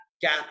gap